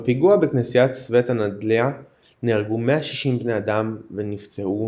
בפיגוע בכנסיית סווטה נדליה נהרגו 160 בני אדם ונפצעו